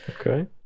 Okay